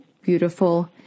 beautiful